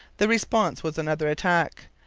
the response was another attack.